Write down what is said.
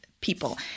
people